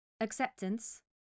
acceptance